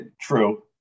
true